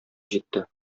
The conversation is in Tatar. җитте